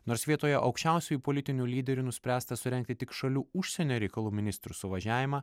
nors vietoje aukščiausiųjų politinių lyderių nuspręsta surengti tik šalių užsienio reikalų ministrų suvažiavimą